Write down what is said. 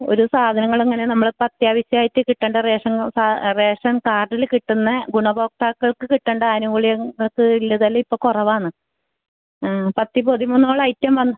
ഒരു സാധങ്ങളിങ്ങനെ നമ്മളിപ്പം അത്യാവശ്യമായിട്ട് കിട്ടേണ്ട റേഷൻ ക റേഷൻ കാർഡിൽ കിട്ടുന്ന ഗുണഭോക്താക്കൾക്ക് കിട്ടേണ്ട ആനുകൂല്യങ്ങൾക്ക് ഇല്തള്ളി ഇപ്പം കുറവാണ് ആ പത്തി പതിമൂന്നോളം ഐറ്റം വന്ന്